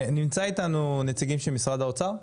נמצאת איתנו טליה ישפה נציגת משרד האוצר.